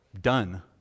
done